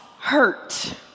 hurt